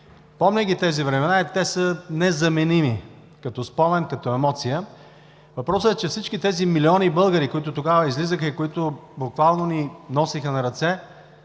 помня ги тези времена и те са незаменими като спомен, като емоция. Въпросът е, че всички тези милиони българи, които тогава излизаха, и които буквално ни носеха на ръце,